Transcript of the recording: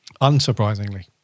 Unsurprisingly